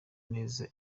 neza